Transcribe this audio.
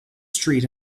street